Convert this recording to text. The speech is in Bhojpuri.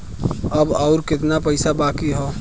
अब अउर कितना पईसा बाकी हव?